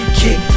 kick